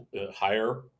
higher